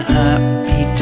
happy